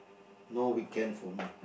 no weekend for me